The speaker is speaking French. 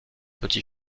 petit